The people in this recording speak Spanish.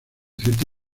cierta